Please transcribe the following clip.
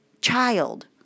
child